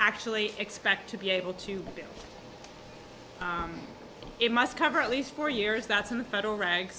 actually expect to be able to do it must cover at least four years that's in the federal ra